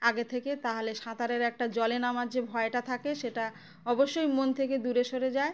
আগে থেকে তাহলে সাঁতারের একটা জলে নামার যে ভয়টা থাকে সেটা অবশ্যই মন থেকে দূরে সরে যায়